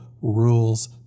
rules